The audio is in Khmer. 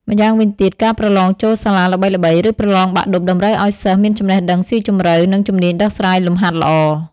ម្យ៉ាងវិញទៀត ការប្រឡងចូលសាលាល្បីៗ ឬប្រឡងបាក់ឌុបតម្រូវឲ្យសិស្សមានចំណេះដឹងស៊ីជម្រៅ និងជំនាញដោះស្រាយលំហាត់ល្អ។